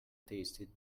tasty